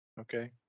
Okay